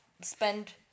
spend